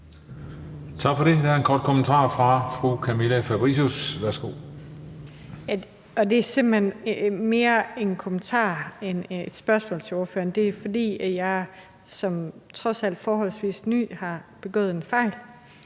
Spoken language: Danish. Tak for det. Der er en kort bemærkning fra fru Camilla Fabricius. Værsgo. Kl. 17:36 Camilla Fabricius (S): Det er simpelt hen mere en kommentar end et spørgsmål til ordføreren. Det er, fordi jeg – som trods alt forholdsvis ny – har begået en fejl,